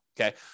okay